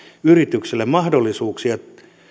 yrityksille mahdollisuuksia